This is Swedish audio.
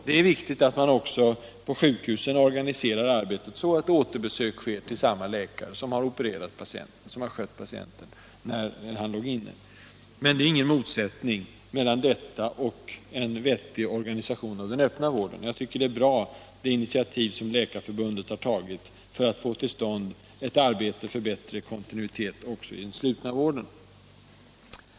Det är viktigt att sjukhusen organiserar arbetet så att återbesök sker till samme läkare som har opererat eller som har skött patienten när han låg inne. Men det är ingen motsättning mellan detta och en vettig organisation av den öppna vården. Jag tycker att det initiativ som Läkarförbundet har tagit är bra för att få till stånd ett arbete för bättre kontinuitet också i den slutna vården.